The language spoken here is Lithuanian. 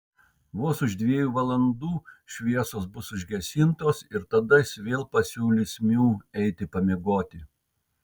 vos už dviejų valandų šviesos bus užgesintos ir tada jis vėl pasiūlys miu eiti pamiegoti